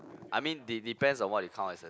I mean they depends on what you count as a